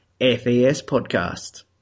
F-A-S-Podcast